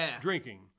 drinking